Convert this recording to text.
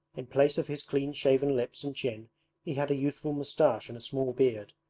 in place of his clean-shaven lips and chin he had a youthful moustache and a small beard.